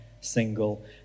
single